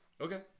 Okay